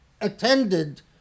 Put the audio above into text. attended